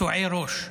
קטועי ראש,